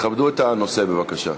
כבדו את הנושא, בבקשה.